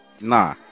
Nah